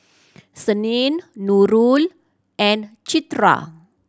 Senin Nurul and Citra